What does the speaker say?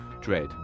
Dread